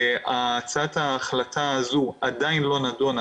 הצעת ההחלטה הזו עדיין לא נדונה